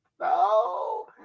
No